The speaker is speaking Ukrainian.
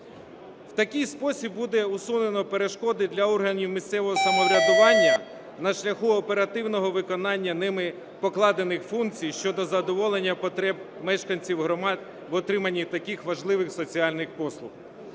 В такий спосіб буде усунено перешкоди для органів місцевого самоврядування на шляху оперативного виконання ними покладених функцій щодо задоволення потреб мешканців громад в отриманні таких важливих соціальних послуг.